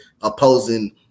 opposing